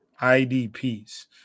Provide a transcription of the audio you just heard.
IDPs